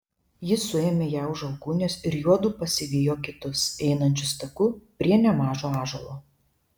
jis suėmė ją už alkūnės ir juodu pasivijo kitus einančius taku prie nemažo ąžuolo